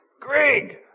Greg